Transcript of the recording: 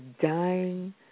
dying